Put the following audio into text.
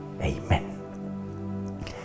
Amen